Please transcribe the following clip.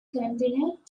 continued